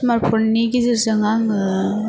smart फननि गेजेरजों आङो